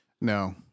No